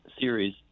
series